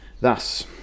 Thus